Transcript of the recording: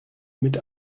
mit